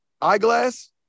Eyeglass